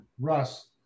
Russ